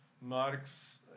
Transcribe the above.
Marx